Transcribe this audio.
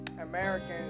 Americans